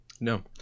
no